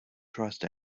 trust